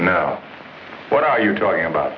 now what are you talking about